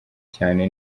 cyane